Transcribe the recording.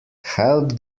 help